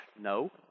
no